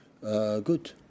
Good